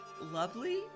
lovely